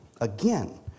again